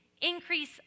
increase